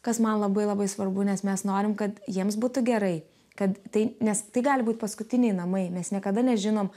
kas man labai labai svarbu nes mes norim kad jiems būtų gerai kad tai nes tai gali būti paskutiniai namai mes niekada nežinom